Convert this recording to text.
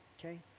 okay